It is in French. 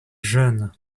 jeune